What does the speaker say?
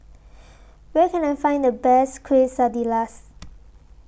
Where Can I Find The Best Quesadillas